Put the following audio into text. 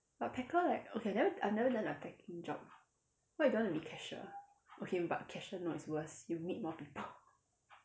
but packer like okay I never I never done a packing job before why you don't want to be cashier okay but cashier no it's worse you meet more people